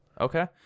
Okay